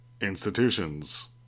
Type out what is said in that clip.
Institutions